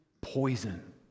poison